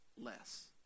less